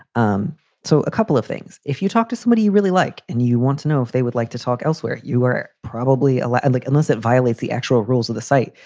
um so a couple of things. if you talk to somebody you really like and you want to know if they would like to talk elsewhere, you were probably allegedly, unless it violates the actual rules of the site.